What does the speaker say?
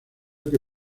que